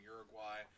Uruguay